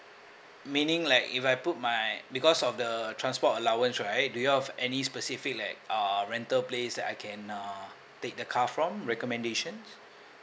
meaning like if I put my because of the transport allowance right do you have any specific like err rental place that I can uh take the car from recommendation